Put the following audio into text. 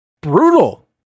brutal